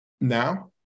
Now